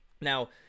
Now